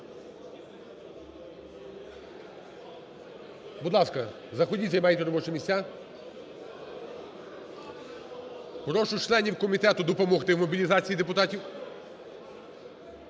Будь ласка, заходіть, займайте робочі місця. Прошу членів комітету допомогти мобілізації депутатів.